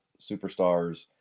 superstars